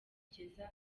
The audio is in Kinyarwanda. kugeza